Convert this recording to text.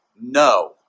no